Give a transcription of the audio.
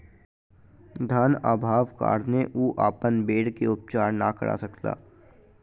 धन अभावक कारणेँ ओ अपन भेड़ के उपचार नै करा सकला